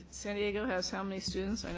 san diego has how many students? and